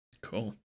Cool